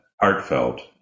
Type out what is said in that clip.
heartfelt